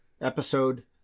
episode